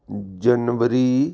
January